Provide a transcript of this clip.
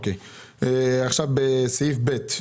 בסעיף (ב).